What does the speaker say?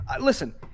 listen